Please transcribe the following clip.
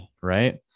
right